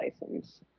license